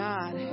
God